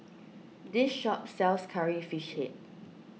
this shop sells Curry Fish Head